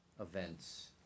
events